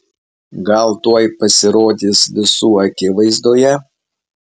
gal tuoj pasirodys visų akivaizdoje